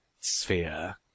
sphere